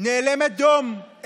נאלמת דום,